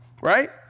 Right